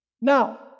Now